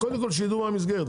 קודם כל שיידעו מה המסגרת,